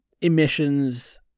emissions